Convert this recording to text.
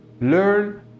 learn